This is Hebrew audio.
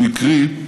הוא הקריא,